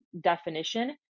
definition